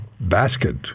basket